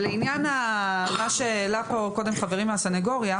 לעניין מה שהעלה כאן קודם חברי מהסנגוריה,